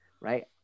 right